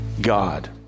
God